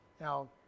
now